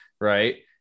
Right